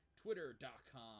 Twitter.com